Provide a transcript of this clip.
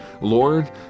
Lord